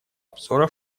обзора